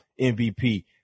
MVP